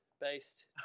based